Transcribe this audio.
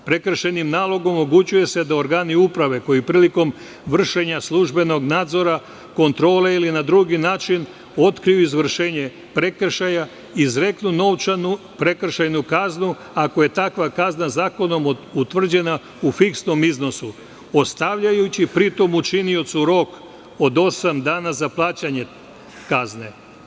Prekršajnim nalogom omogućuje se da organi uprave koji prilikom vršenja službenog nadzora kontrole ili na drugi način otkriju izvršenje prekršaja izreknu novčanu prekršajnu kaznu ako je takva kazna zakonom utvrđena u fiksnom iznosu, ostavljajući pri tom učiniocu rok od osam dana za plaćanje kazne.